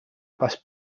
pas